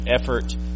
effort